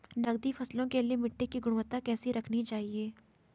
नकदी फसलों के लिए मिट्टी की गुणवत्ता कैसी रखनी चाहिए?